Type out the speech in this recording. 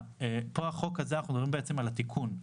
בחוק הזה אנחנו מדברים על התיקון,